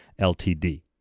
LTD